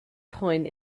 point